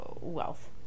wealth